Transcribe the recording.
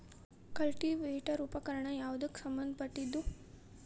Cultivator ಉಪಕರಣ ಯಾವದಕ್ಕ ಸಂಬಂಧ ಪಟ್ಟಿದ್ದು?